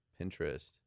Pinterest